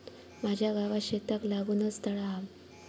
माझ्या गावात शेताक लागूनच तळा हा